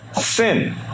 sin